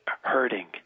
Hurting